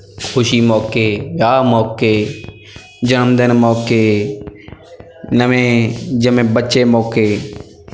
ਖੁਸ਼ੀ ਮੌਕੇ ਵਿਆਹ ਮੌਕੇ ਜਨਮਦਿਨ ਮੌਕੇ ਨਵੇਂ ਜੰਮੇ ਬੱਚੇ ਮੌਕੇ